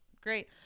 great